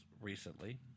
recently